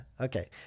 Okay